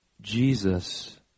Jesus